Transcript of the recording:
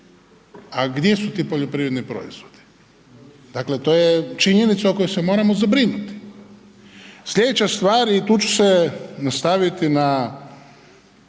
a gdje su ti poljoprivredni proizvodi? Dakle to činjenica o kojoj se moramo zabrinut. Slijedeća stvar i tu ću se nastaviti na